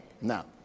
Now